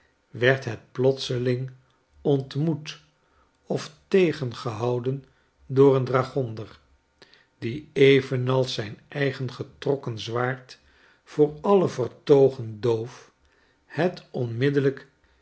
werd het plotseling ontmoet of tegengehouden door een dragonder die evenals zijn eigen getrokken zwaard voor alle vertoogen doof het onmiddellijk